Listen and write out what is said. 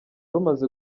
rumaze